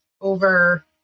over